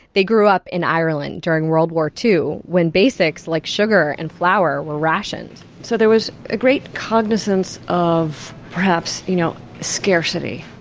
they grew up in ireland during world war ii, when basics like sugar and flour were rationed. so there was a great cognizance of perhaps, you know, scarcity,